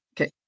Okay